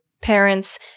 parents